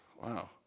wow